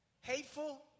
Hateful